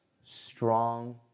Strong